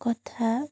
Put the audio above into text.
কথা